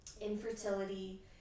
infertility